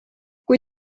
kui